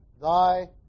thy